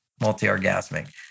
multi-orgasmic